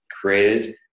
created